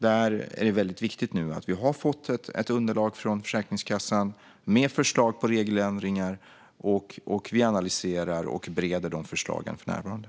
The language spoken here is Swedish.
Det är väldigt viktigt att vi har fått ett underlag från Försäkringskassan med förslag på regeländringar, och vi analyserar och bereder för närvarande de förslagen.